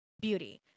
beauty